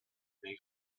mais